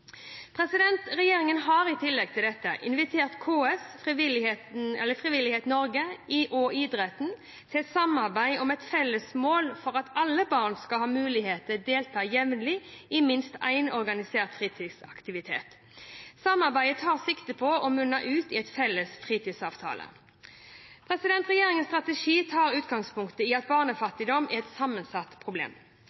Regjeringen har i tillegg til dette invitert KS, Frivillighet Norge og idretten til et samarbeid om et felles mål for at alle barn skal ha mulighet til å delta jevnlig i minst én organisert fritidsaktivitet. Samarbeidet tar sikte på å munne ut i en felles fritidsavtale. Regjeringens strategi tar utgangspunkt i at barnefattigdom er et sammensatt problem.